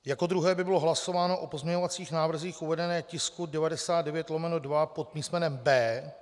Jako druhé by bylo hlasováno o pozměňovacích návrzích uvedených v tisku 99/2 pod písmenem B.